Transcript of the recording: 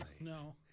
No